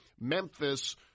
Memphis